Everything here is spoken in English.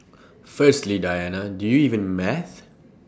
firstly Diana do you even math